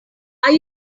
are